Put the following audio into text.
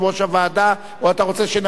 או שאתה רוצה שנצביע בקריאה שלישית?